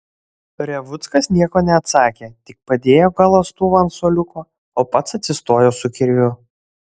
revuckas nieko neatsakė tik padėjo galąstuvą ant suoliuko o pats atsistojo su kirviu